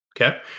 Okay